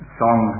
song